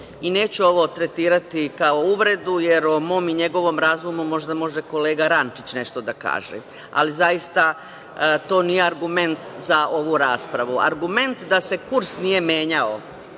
Neću ovo tretirati kao uvredu, jer o mom i njegovom razumu možda može kolega Rančić nešto da kaže, ali zaista to nije argument za ovu raspravu. Argument da se kurs nije menjao,